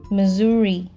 Missouri